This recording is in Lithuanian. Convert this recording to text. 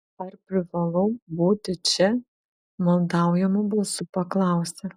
ar privalau būti čia maldaujamu balsu paklausė